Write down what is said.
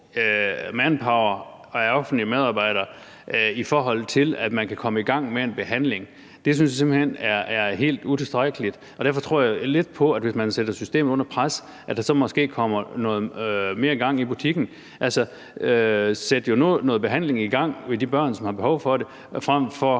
manpower, altså offentlige medarbejdere, i forhold til at man kan komme i gang med behandling, synes jeg simpelt hen, det er helt utilstrækkeligt. Derfor tror jeg lidt på, at hvis man sætter systemet under pres, så kommer der måske mere gang i butikken. Sæt nu noget behandling i gang til de børn, der har behov for det, frem for